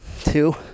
two